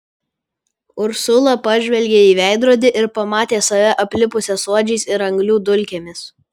ursula pažvelgė į veidrodį ir pamatė save aplipusią suodžiais ir anglių dulkėmis